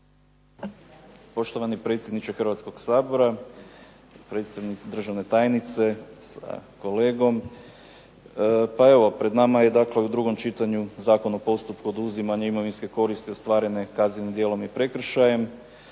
Poštovani predsjedniče Hrvatskoga sabora, predstavnici državne tajnice sa kolegom. Pred nama je u drugom čitanju Zakon o postupku oduzimanja imovinske koristi ostvarene kaznenim djelom i prekršajem